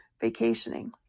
vacationing